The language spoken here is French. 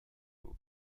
aux